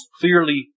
clearly